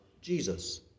jesus